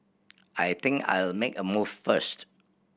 I think I'll make a move first